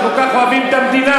שכל כך אוהבים את המדינה,